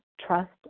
trust